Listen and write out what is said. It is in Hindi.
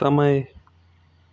समय